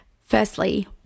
firstly